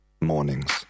mornings